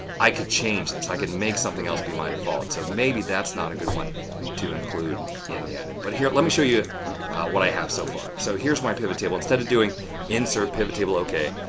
i could change this. i could make something else be my default. so, maybe that's not a good one to include in the add-in. and and but here, let me show you what i have so far. so, here's my pivot table. instead of doing insert pivot table ok,